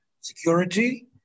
security